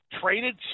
traded